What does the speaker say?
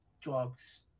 drugs